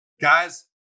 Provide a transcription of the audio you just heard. Guys